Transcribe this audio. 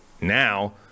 Now